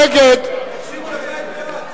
תקשיבו לחיים כץ,